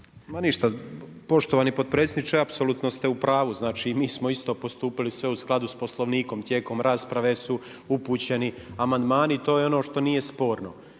Ma ništa, poštovani potpredsjedniče, apsolutno ste u pravu, znači i mi smo isto postupili sve u skladu s Poslovnikom. Tijekom rasprave su upućeni amandmani i to je ono što nije sporno.